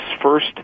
first